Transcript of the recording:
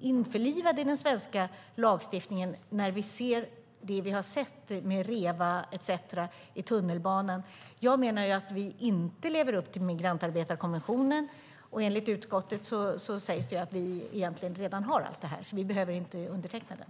införlivad i den svenska lagstiftningen med tanke på det vi ser och har sett med REVA etcetera i tunnelbanan? Jag menar att vi inte lever upp till migrantarbetarkonventionen. Enligt utskottet har vi egentligen allt, så vi behöver inte underteckna den.